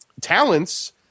talents